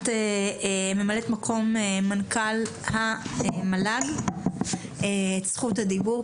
ממלאת מקום מנכ"ל המועצה להשכלה גבוהה את זכות הדיבור,